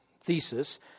thesis